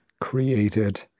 created